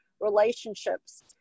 relationships